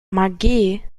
mcgee